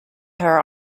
her